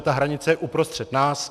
Ta hranice je uprostřed nás.